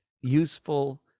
useful